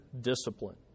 discipline